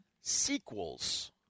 Sequels